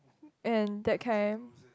and that kind